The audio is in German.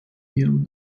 ihr